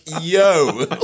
yo